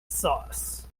sauce